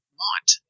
want